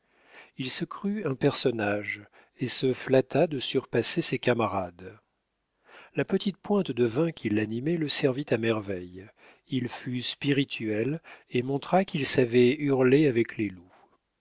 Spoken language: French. il se crut un personnage et se flatta de surpasser ses camarades la petite pointe de vin qui l'animait le servit à merveille il fut spirituel et montra qu'il savait hurler avec les loups